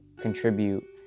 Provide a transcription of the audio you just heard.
contribute